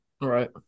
Right